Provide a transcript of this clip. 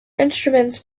instruments